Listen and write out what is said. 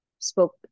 spoke